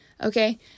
Okay